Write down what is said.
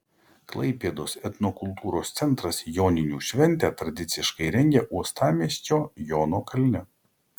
klaipėdos etnokultūros centras joninių šventę tradiciškai rengia uostamiesčio jono kalne